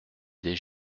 des